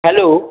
hello